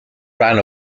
ran